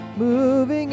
moving